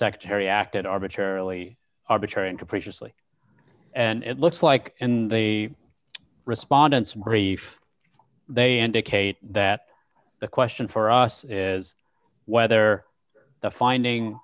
secretary acted arbitrarily arbitrary and capricious lee and it looks like in the respondents brief they indicate that the question for us is whether the finding